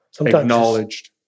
acknowledged